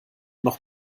noch